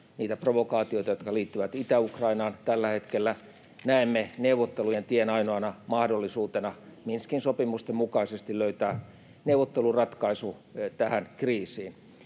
niitä provokaatioita, jotka liittyvät Itä-Ukrainaan. Tällä hetkellä näemme neuvottelujen tien ainoana mahdollisuutena Minskin sopimusten mukaisesti löytää neuvotteluratkaisu tähän kriisiin.